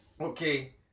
Okay